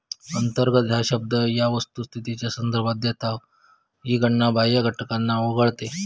अंतर्गत हा शब्द या वस्तुस्थितीचा संदर्भ देतो की गणना बाह्य घटकांना वगळते